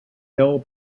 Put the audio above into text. ill